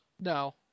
No